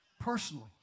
personally